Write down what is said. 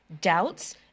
doubts